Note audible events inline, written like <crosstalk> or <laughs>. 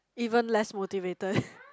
even less motivated <laughs>